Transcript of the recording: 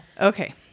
Okay